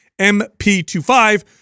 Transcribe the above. MP25